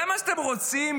זה מה שאתם רוצים?